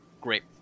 great